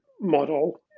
model